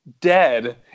Dead